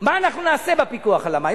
מה אנחנו נעשה בפיקוח על המים?